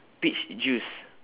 peach juice